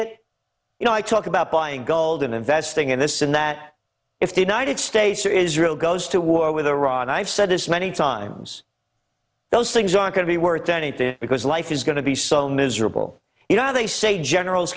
it you know i talk about buying gold and investing in this and that if the ninety eight states or israel goes to war with iran i've said this many times those things are going to be worth anything because life is going to be so miserable you know they say general